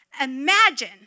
Imagine